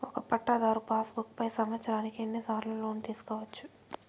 ఒక పట్టాధారు passbook పై సంవత్సరానికి ఎన్ని సార్లు లోను తీసుకోవచ్చు?